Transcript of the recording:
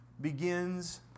begins